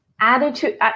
attitude